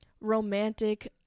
romantic